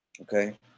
okay